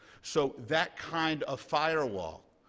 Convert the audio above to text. so that kind of firewall,